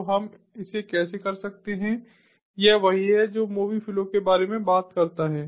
तो हम इसे कैसे कर सकते हैं यह वही है जो मोबी फ्लो के बारे में बात करता है